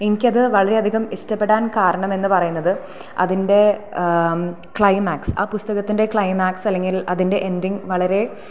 എനിക്കത് വളരെ അധികം ഇഷ്ടപ്പെടാൻ കാരണമെന്നു പറയുന്നത് അതിൻ്റെ ക്ലൈമാക്സ് ആ പുസ്തകത്തിൻ്റെ ക്ലൈമാക്സ് അല്ലെങ്കിൽ അതിൻ്റെ എൻഡിങ്ങ് വളരെ